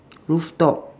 roof top